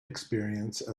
experience